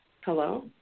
Hello